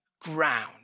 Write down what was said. ground